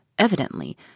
evidently